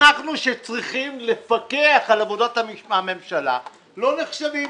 אנחנו שצריכים לפקח על עבודת הממשלה לא נחשבים.